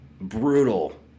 brutal